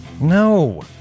No